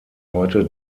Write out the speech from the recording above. heute